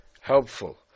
helpful